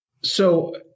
So-